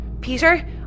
Peter